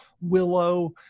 Willow